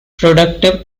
productive